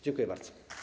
Dziękuję bardzo.